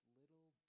little